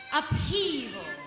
upheaval